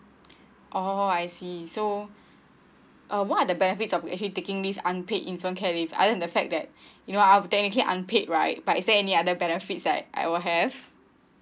oh I see so uh what are the benefits of who actually taking this unpaid infant care leave other than the fact that you know I've taking that unpaid right but is there any other benefits like I will have